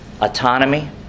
Autonomy